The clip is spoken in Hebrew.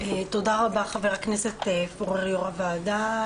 תודה רבה, חבר הכנסת פורר, יו"ר הוועדה.